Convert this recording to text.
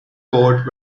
coat